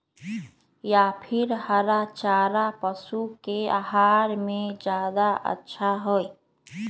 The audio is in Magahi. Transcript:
या फिर हरा चारा पशु के आहार में ज्यादा अच्छा होई?